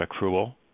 accrual